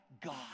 God